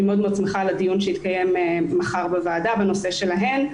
אני מאוד שמחה על הדיון שיתקיים מחר בוועדה בנושא שלהן,